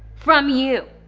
from you!